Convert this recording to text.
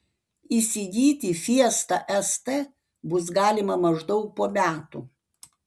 įsigyti fiesta st bus galima maždaug po metų